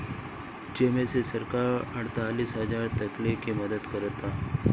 जेमे से सरकार अड़तालीस हजार तकले के मदद करता